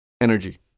Energy